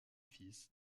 fils